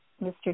Mr